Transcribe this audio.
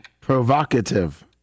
Provocative